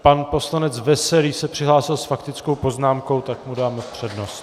Pan poslanec Veselý se přihlásil s faktickou poznámkou, tak mu dáme přednost.